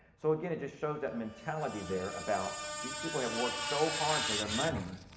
so again, it just shows that mentality there about these people have worked so hard for their money.